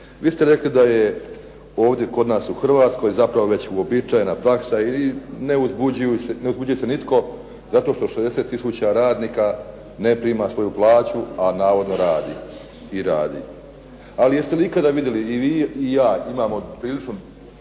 vi ste rekli da je ovdje kod nas u Hrvatskoj zapravo već uobičajena praksa i ne uzbuđuje se nitko zato što 60 tisuća radnika ne prima svoju plaću, a navodno radi. I radi. Ali jeste li ikada vidjeli i vi i ja, imamo priličan